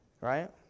Right